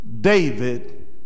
David